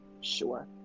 sure